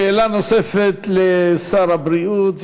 שאלה נוספת לשר הבריאות,